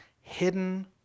hidden